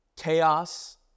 chaos